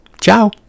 Ciao